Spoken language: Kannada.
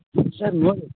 sir no